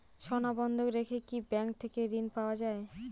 সোনা বন্ধক রেখে কি ব্যাংক থেকে ঋণ পাওয়া য়ায়?